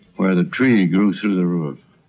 where the tree grew through the roof.